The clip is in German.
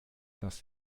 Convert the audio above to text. dass